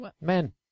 men